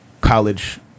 college